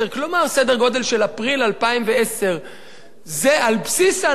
סדר-גודל של אפריל 2010. זה על בסיס ההנחות האלה,